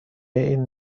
این